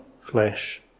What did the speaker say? flesh